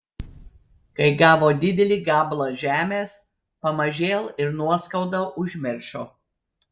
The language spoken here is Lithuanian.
kai gavo didelį gabalą žemės pamažėl ir nuoskaudą užmiršo